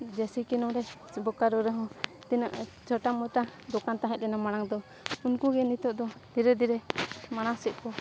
ᱡᱮᱥᱮᱠᱤ ᱱᱚᱰᱮ ᱵᱳᱠᱟᱨᱳ ᱨᱮᱦᱚᱸ ᱛᱤᱱᱟᱹᱜ ᱪᱷᱚᱴᱟ ᱢᱚᱴᱟ ᱫᱚᱠᱟᱱ ᱛᱟᱦᱮᱸ ᱞᱮᱱᱟ ᱢᱟᱲᱟᱝ ᱫᱚ ᱩᱱᱠᱩ ᱜᱮ ᱱᱤᱛᱚᱜ ᱫᱚ ᱫᱷᱤᱨᱮ ᱫᱷᱤᱨᱮ ᱢᱟᱲᱟᱝ ᱥᱮᱫ ᱠᱚ